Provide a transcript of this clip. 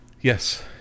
Yes